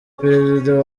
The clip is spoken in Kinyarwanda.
perezida